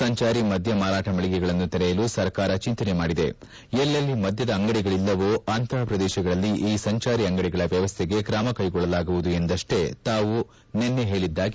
ಸಂಜಾರಿ ಮದ್ಯ ಮಾರಾಟ ಮಳಿಗೆಗಳನ್ನು ತೆರೆಯಲು ಸರ್ಕಾರ ಚಿಂತನೆ ಮಾಡಿದೆ ಎಲ್ಲೆಲ್ಲಿ ಮದ್ಯದ ಅಂಗಡಿಗಳಲ್ಲವೋ ಅಂತಪ ಪ್ರದೇಶಗಳಲ್ಲಿ ಸಂಜಾರಿ ಅಂಗಡಿಗಳ ವ್ಯವಸ್ಥೆಗೆ ತ್ರಮ ಕೈಗೊಳ್ಳಲಾಗುವುದು ಎಂದು ತಾವು ನಿನ್ನೆ ಹೇಳಿದ್ದು